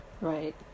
Right